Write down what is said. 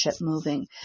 moving